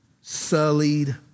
sullied